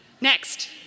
Next